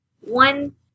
One